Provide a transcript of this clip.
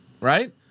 right